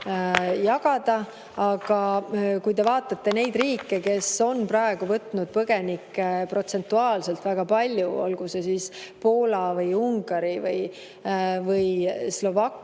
kui te vaatate neid riike, kes on praegu võtnud põgenikke protsentuaalselt väga palju, olgu see siis Poola või Ungari või Slovakkia